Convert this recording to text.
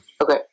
Okay